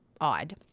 odd